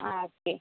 ആ ഓക്കെ